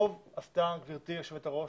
טוב עשתה גברתי היושבת ראש,